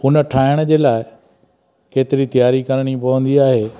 उन ठाहिण जे लाइ केतिरी तयारी करिणी पवंदी आहे